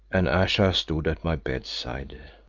and ayesha stood at my bedside.